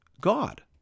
God